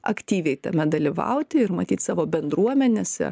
aktyviai tame dalyvauti ir matyt savo bendruomenėse